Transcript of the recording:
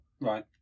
Right